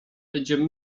będziemy